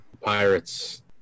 Pirates